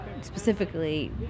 specifically